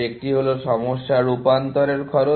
একটি হল সমস্যা রূপান্তরের খরচ